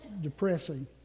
depressing